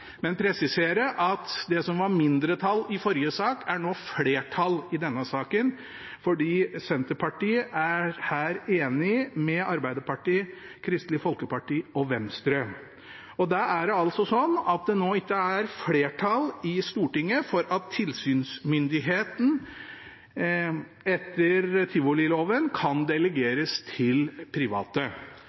men vil presisere at det som var mindretall i forrige sak, er flertall i denne saken fordi Senterpartiet her er enig med Arbeiderpartiet, Kristelig Folkeparti og Venstre. Da er det nå ikke flertall i Stortinget for at tilsynsmyndigheten etter tivoliloven kan delegeres til private.